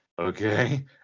Okay